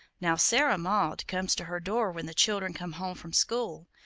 now, sarah maud comes to her door when the children come home from school,